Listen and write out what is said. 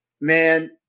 man